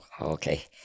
okay